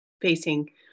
facing